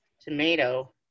tomato